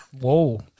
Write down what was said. whoa